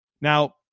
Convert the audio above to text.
Now